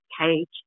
cage